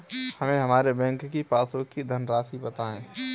हमें हमारे बैंक की पासबुक की धन राशि बताइए